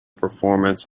performance